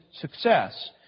success